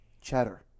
Cheddar